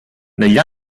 negli